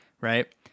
right